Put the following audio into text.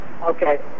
Okay